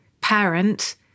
parent